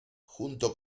junto